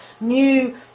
new